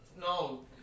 No